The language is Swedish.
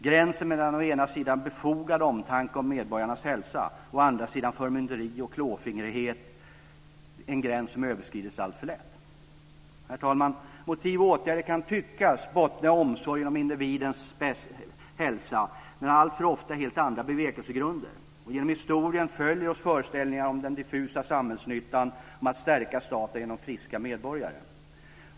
Gränsen mellan å ena sidan befogad omtanke om medborgarnas hälsa och å andra sidan förmynderi och klåfingrighet överskrids alltför lätt. Herr talman! Motiv och åtgärder kan tyckas bottna i omsorgen om individens hälsa men har alltför ofta helt andra bevekelsegrunder. Genom historien följer oss föreställningar om den diffusa samhällsnyttan om att stärka staten genom friska medborgare.